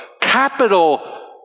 capital